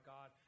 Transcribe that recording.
God